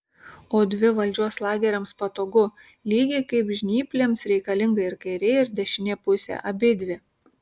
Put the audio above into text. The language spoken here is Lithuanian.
o dvi valdžios lageriams patogu lygiai kaip žnyplėms reikalinga ir kairė ir dešinė pusė abidvi